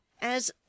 As